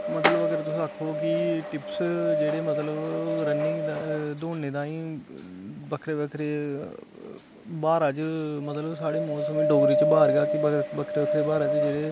मतलब अगर तुस आखो कि टिप्स जेह्ड़े मतलब रन्निंग तां दौड़ने ताईं बक्खरे बक्खरे ब्हारा च मतलब साढ़े मौसम गी डोगरी च ब्हार गै आखी मगर बक्खरे बक्खरे ब्हारा च जेह्ड़े